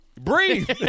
Breathe